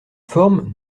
forme